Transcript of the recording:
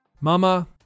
Mama